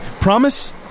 Promise